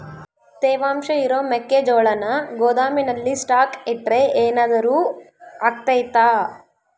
ತೇವಾಂಶ ಇರೋ ಮೆಕ್ಕೆಜೋಳನ ಗೋದಾಮಿನಲ್ಲಿ ಸ್ಟಾಕ್ ಇಟ್ರೆ ಏನಾದರೂ ಅಗ್ತೈತ?